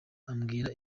ambwira